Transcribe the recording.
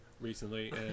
recently